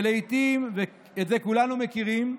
ולעיתים, ואת זה כולנו מכירים,